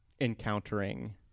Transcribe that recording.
encountering